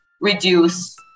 reduce